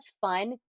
fun